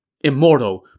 Immortal